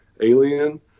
alien